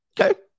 Okay